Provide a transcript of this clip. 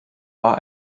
war